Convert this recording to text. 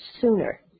sooner